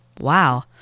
Wow